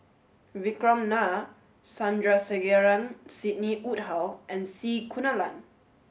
Vikram Nair Sandrasegaran Sidney Woodhull and C Kunalan